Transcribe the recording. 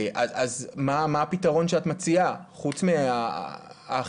אז מה הפתרון שאת מציעה, חוץ מהאכיפה?